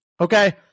Okay